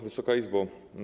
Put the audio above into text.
Wysoka Izbo!